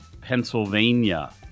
Pennsylvania